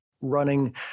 running